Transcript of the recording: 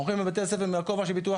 אנחנו הולכים לבתי ספר בכובע של ביטוח